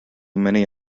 many